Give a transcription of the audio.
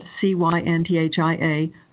C-Y-N-T-H-I-A